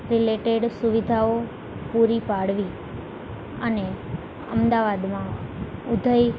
related સુવિધાઓ પૂરી પાડવી અને અમદાવાદમાં ઉધઈ